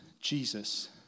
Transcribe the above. Jesus